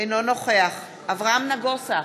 אינו נוכח אברהם נגוסה,